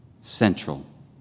central